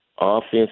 offense